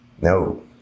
No